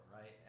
right